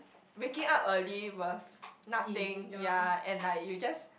waking up early was nothing ya and like you just